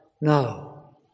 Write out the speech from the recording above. no